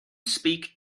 speak